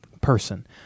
person